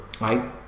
right